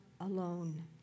alone